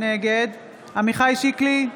נגד עמיחי שיקלי,